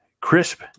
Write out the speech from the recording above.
crisp